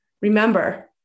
Remember